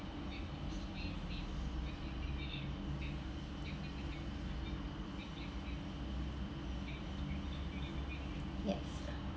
yes